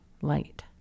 light